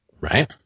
Right